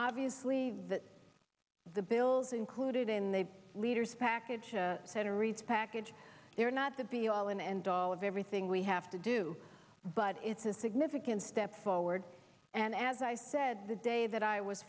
obviously that the bills included in the leaders package senator reid's package they're not the be all and end all of everything we have to do but it's a significant step forward and as i said the day that i was